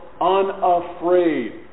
unafraid